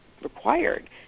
Required